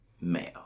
male